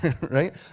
right